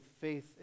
faith